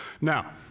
Now